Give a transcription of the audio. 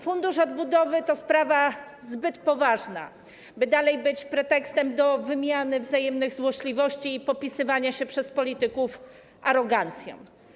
Fundusz Odbudowy to sprawa zbyt poważna, by nadal mogła być pretekstem do wymiany wzajemnych złośliwości i popisywania się przez polityków arogancją.